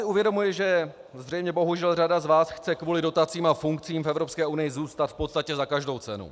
Uvědomuji si, že zřejmě bohužel řada z vás chce kvůli dotacím a funkcím v Evropské unii zůstat v podstatě za každou cenu.